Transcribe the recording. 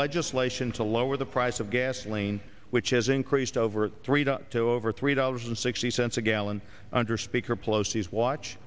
legislation to lower the price of gasoline which has increased over three to up to over three dollars and sixty cents a gallon under speaker pelosi is watch